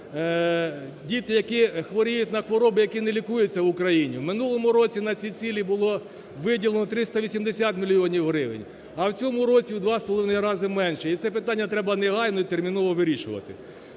діти, які хворіють на хвороби, які не лікуються в Україні. В минулому році на ці цілі було виділено 380 мільйонів гривень, а в цьому році у два з половиною рази менше і це питання треба негайно, і терміново вирішувати.